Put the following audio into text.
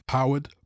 Powered